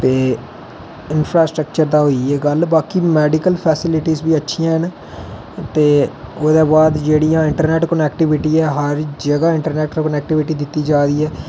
ते इनंफ्रास्ट्रक्चर ते होई गेआ बाकी मेडिकल फैसीलिटी अच्छियां न ते ओहदे बाद जेहडी जि'यां इंटरनेट कनैक्टीविटी हर जगह इंटरनेट कनैक्टीविटी दिती जारदी ऐ